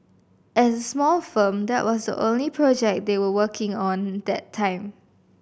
as a small firm that was the only project they were working on that time